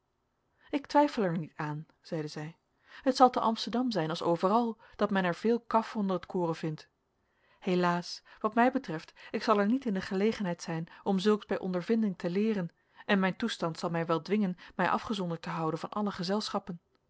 ik twijfel er niet aan zeide zij het zal te amsterdam zijn als overal dat men er veel kaf onder t koren vindt helaas wat mij betreft ik zal er niet in de gelegenheid zijn om zulks bij ondervinding te leeren en mijn toestand zal mij wel dwingen mij afgezonderd te houden van alle gezelschappen